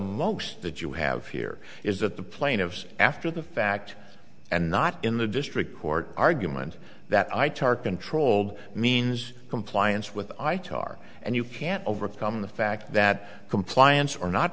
most that you have here is that the plaintiff's after the fact and not in the district court argument that i tar controlled means compliance with and you can't overcome the fact that compliance or not